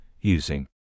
using